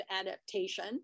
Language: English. adaptation